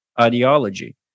ideology